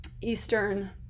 Eastern